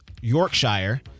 Yorkshire